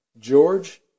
George